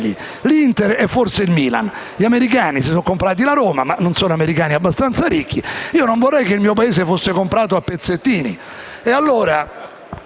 l'Inter e forse anche il Milan, mentre gli americani si sono comprati la Roma (ma non sono americani abbastanza ricchi). Non vorrei che il mio Paese fosse comprato a pezzettini.